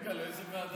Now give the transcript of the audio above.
רגע, לאיזו ועדה?